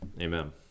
Amen